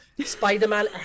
Spider-Man